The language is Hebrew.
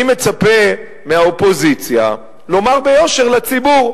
אני מצפה מהאופוזיציה לומר ביושר לציבור.